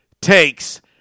takes